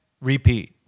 repeat